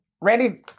Randy